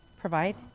Provide